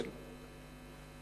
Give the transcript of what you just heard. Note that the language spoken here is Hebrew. אין ספק.